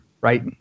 Right